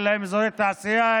אין להן אזורי תעשייה,